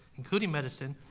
including medicine,